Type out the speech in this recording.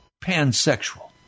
pansexual